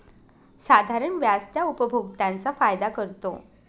साधारण व्याज त्या उपभोक्त्यांचा फायदा करतो